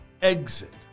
Exit